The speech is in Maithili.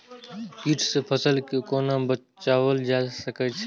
कीट से फसल के कोना बचावल जाय सकैछ?